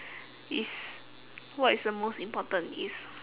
is what is the most important is